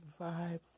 vibes